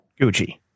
Gucci